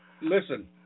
Listen